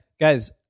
guys